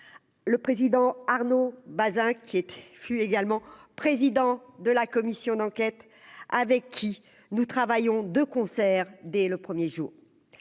le président Arnaud Bazin qui était fut également président de la commission d'enquête avec qui nous travaillons de concert dès le 1er jour,